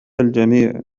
الجميع